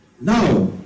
Now